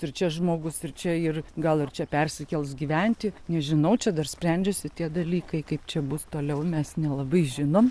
ir čia žmogus ir čia ir gal ir čia persikels gyventi nežinau čia dar sprendžiasi tie dalykai kaip čia bus toliau mes nelabai žinom